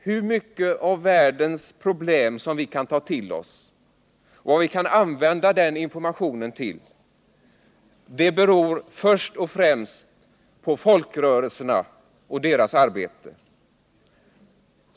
Hur mycket av världens problem som vi kan ta till oss och vad vi kan använda den informationen till beror först och främst på folkrörelserna och deras arbete.